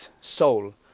soul